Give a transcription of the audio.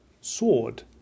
Sword